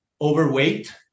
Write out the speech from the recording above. overweight